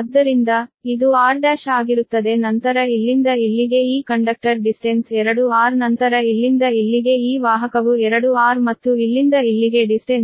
ಆದ್ದರಿಂದ ಇದು r ಆಗಿರುತ್ತದೆ ನಂತರ ಇಲ್ಲಿಂದ ಇಲ್ಲಿಗೆ ಈ ಕಂಡಕ್ಟರ್ ದೂರ 2 r ನಂತರ ಇಲ್ಲಿಂದ ಇಲ್ಲಿಗೆ ಈ ವಾಹಕವು 2 r ಮತ್ತು ಇಲ್ಲಿಂದ ಇಲ್ಲಿಗೆ ದೂರ